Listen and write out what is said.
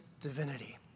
divinity